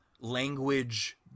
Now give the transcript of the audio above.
language